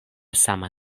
sama